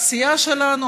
הסיעה שלנו,